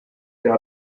der